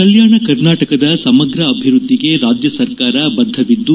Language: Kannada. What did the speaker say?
ಕಲ್ಯಾಣ ಕರ್ನಾಟಕದ ಸಮಗ್ರ ಅಭಿವೃದ್ದಿಗೆ ರಾಜ್ಯ ಸರ್ಕಾರ ಬದ್ದವಿದ್ದು